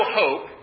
hope